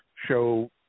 show